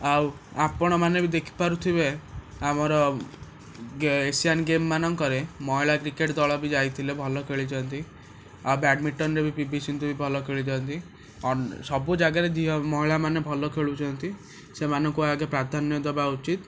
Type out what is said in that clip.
ଆଉ ଆପଣମାନେ ବି ଦେଖିପାରୁଥିବେ ଆମର ଏଶିୟାନ୍ ଗେମ୍ ମାନଙ୍କରେ ମହିଳା କ୍ରିକେଟ୍ ଦଳ ବି ଯାଇଥିଲେ ଭଲ ଖେଳିଛନ୍ତି ଆଉ ବ୍ୟାଡ଼ମିଣ୍ଟନରେ ବି ପିଭି ସିନ୍ଧୁ ଭଲ ଖେଳିଛନ୍ତି ସବୁଜାଗାରେ ମହିଳାମାନେ ଭଲ ଖେଳୁଛନ୍ତି ସେମାନଙ୍କୁ ଆଗେ ପ୍ରାଧାନ୍ୟ ଦେବା ଉଚିତ